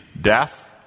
death